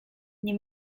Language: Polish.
nie